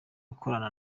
akorana